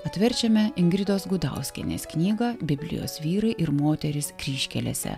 atverčiame ingridos gudauskienės knygą biblijos vyrai ir moterys kryžkelėse